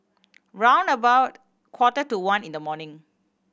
round about quarter to one in the morning